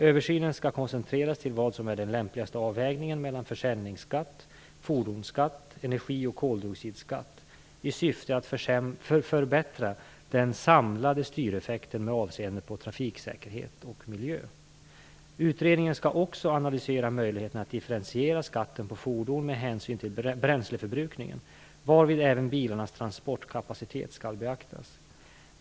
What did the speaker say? Översynen skall koncentreras till vad som är den lämpligaste avvägningen mellan försäljningsskatt, fordonsskatt, energi och koldioxidskatt i syfte att förbättra den samlade styreffekten med avseende på trafiksäkerhet och miljö. Utredningen skall också analysera möjligheten att differentiera skatten på fordon med hänsyn till bränsleförbrukningen varvid även bilarnas transportkapacitet skall beaktas.